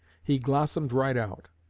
he blossomed right out.